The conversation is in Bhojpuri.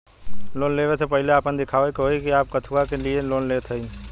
लोन ले वे से पहिले आपन दिखावे के होई कि आप कथुआ के लिए लोन लेत हईन?